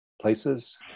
places